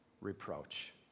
reproach